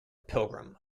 pilgrim